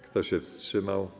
Kto się wstrzymał?